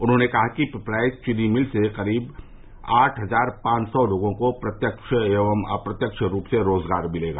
उन्होंने कहा कि पिपराइच चीनी मिल से करीब आठ हजार पांच सौ लोगों को प्रत्यक्ष एवं अप्रत्यक्ष रूप से रोजगार मिलेगा